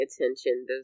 attention